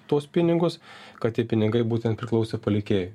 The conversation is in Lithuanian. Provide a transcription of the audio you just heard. tuos pinigus kad tie pinigai būtent priklausė palikėjui